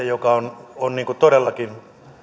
joka on on todellakin